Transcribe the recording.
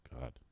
God